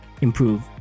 improve